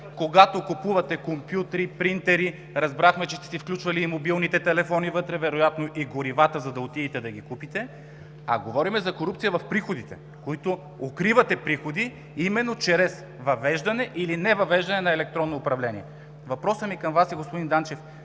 когато купувате компютри, принтери, разбрахме, че сте си включвали и мобилните телефони вътре, вероятно и горивата, за да отидете да ги купите, а говорим за корупция в приходите. Укривате приходи именно чрез въвеждане или невъвеждане на електронно управление. Господин Данчев,